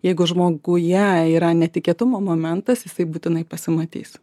jeigu žmoguje yra netikėtumo momentas jisai būtinai pasimatys